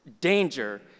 Danger